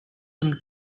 them